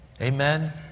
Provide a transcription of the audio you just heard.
Amen